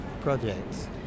projects